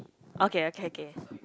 okay okay okay